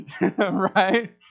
Right